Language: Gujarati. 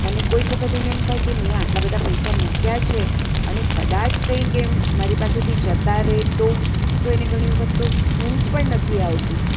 અને કોઈક વખત એને એમ થાય કે મેં આટલા બધા પૈસા મુક્યા છે અને કદાચ કંઈક એમ મારી પાસેથી જતા રહે તો એને ઘણી વખત તો ઊંઘ પણ નથી આવતી